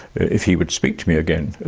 if he would speak to me again,